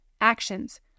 Actions